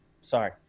Sorry